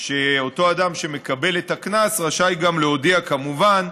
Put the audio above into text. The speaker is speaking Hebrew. שאותו אדם שמקבל את הקנס רשאי גם להודיע, כמובן,